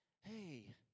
hey